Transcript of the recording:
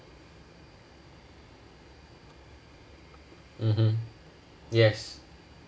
mmhmm yes